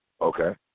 Okay